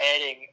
adding